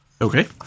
Okay